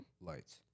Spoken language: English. Lights